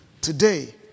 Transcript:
today